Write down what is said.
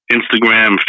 Instagram